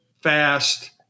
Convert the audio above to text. fast